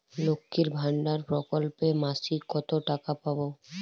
লক্ষ্মীর ভান্ডার প্রকল্পে মাসিক কত টাকা পাব?